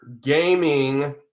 gaming